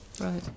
Right